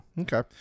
Okay